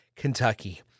Kentucky